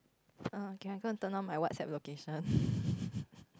err can I go and turn on my WhatsApp location